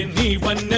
and me when